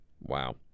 Wow